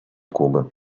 кубы